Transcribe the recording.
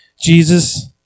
Jesus